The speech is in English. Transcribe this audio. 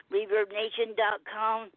ReverbNation.com